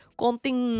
konting